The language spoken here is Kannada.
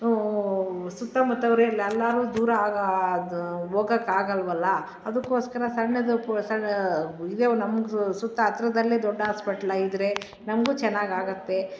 ಸುತ್ತಮುತ್ತವರು ಇಲ್ಲಿ ಎಲ್ಲರು ದೂರ ಆಗ ಅದು ಹೋಗಕ್ಕೆ ಆಗಲ್ವಲ್ಲ ಅದಕ್ಕೋಸ್ಕರ ಸಣ್ಣದು ಸಣ್ಣ ಇದೇವ ನಮ್ಮದು ಸುತ್ತ ಹತ್ತಿರದಲ್ಲೇ ದೊಡ್ಡ ಹಾಸ್ಪೆಟ್ಲ ಇದ್ದರೆ ನಮಗೂ ಚೆನ್ನಾಗಾಗತ್ತೆ